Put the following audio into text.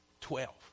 Twelve